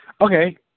okay